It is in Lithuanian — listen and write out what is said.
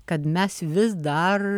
kad mes vis dar